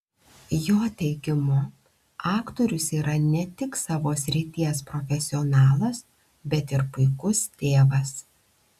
jo teigimu aktorius yra ne tik savo srities profesionalas bet ir puikus tėvas